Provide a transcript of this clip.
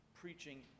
preaching